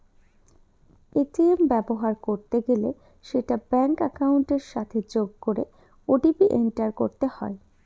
ATM ব্যবহার করতে গেলে সেটা ব্যাঙ্ক একাউন্টের সাথে যোগ করে ও.টি.পি এন্টার করতে হয়